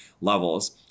levels